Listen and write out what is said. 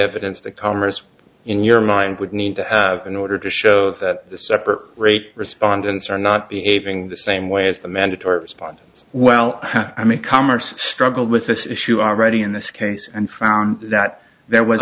evidence the commerce in your mind would need to in order to show that the separate rate respondents are not behaving the same way as the mandatory respondents well i mean commerce struggled with this issue already in this case and found that there was